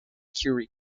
curie